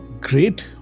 Great